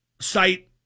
site